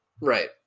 Right